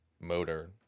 motor